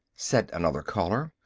said another caller,